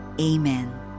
amen